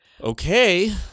Okay